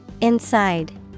Inside